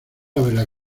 haberla